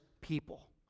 people